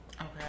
Okay